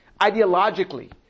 ideologically